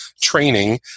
training